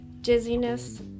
dizziness